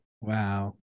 Wow